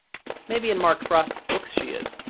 maybe in mark frost's books, she is.